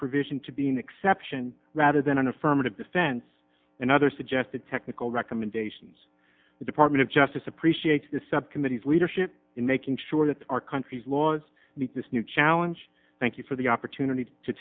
provision to be an exception rather than an affirmative defense in other suggested technical recommendations the department of justice appreciates the subcommittee's leadership in making sure that our country's laws meet this new challenge thank you for the opportunity to